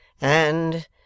And